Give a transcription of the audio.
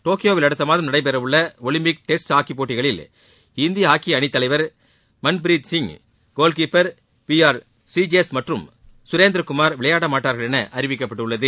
டோக்கியோவில் அடுத்தமாதம் நடைபெறவுள்ள ஒலிம்பிக் டெஸ்ட் ஹாக்கி போட்டிகளில் இந்திய ஹாக்கி அணித்தலைவர் Manpreet Singh goalkeeper P R Sreejesh மற்றும் சுரேந்தர்குமார் விளையாடமாட்டார்கள் என்று அறிவிக்கப்பட்டுள்ளது